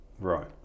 Right